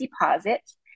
deposits